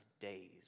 days